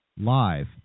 live